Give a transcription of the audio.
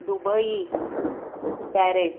Dubai Paris